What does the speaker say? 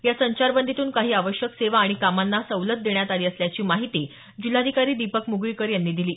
या संचारबंदीतून काही आवश्यक सेवा आणि कामांना सवलत देण्यात आली असल्याची माहिती जिल्हाधिकारी दीपक मुगळीकर यांनी दिली